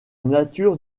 nature